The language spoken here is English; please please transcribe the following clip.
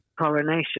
coronation